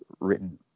written